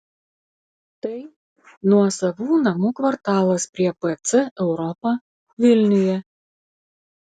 tai nuosavų namų kvartalas prie pc europa vilniuje